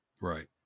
Right